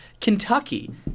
Kentucky